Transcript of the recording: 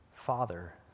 Father